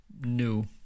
No